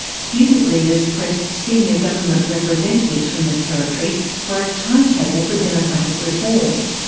student leaders pressed senior government representatives from the territory for a timetable for democratic reform.